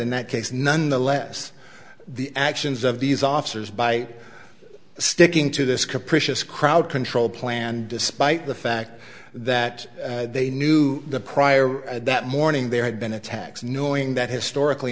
in that case none the less the actions of these officers by sticking to this capricious crowd control plan despite the fact that they knew the prior that morning there had been attacks knowing that historically